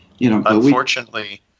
Unfortunately